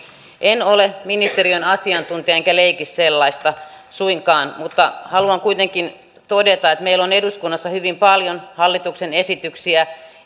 en ole ministeriön asiantuntija enkä leiki sellaista suinkaan mutta haluan kuitenkin todeta että meillä on eduskunnassa hyvin paljon hallituksen esityksiä